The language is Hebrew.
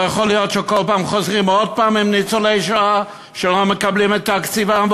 לא יכול להיות שכל פעם חוזרים עם ניצולי שואה שלא מקבלים את קצבתם,